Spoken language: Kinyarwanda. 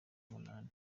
numunani